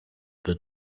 the